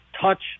touch